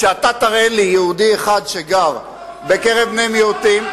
כשאתה תראה לי יהודי אחד שגר בקרב בני מיעוטים,